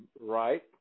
right